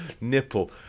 nipple